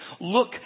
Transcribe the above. Look